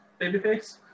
babyface